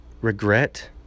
regret